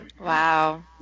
Wow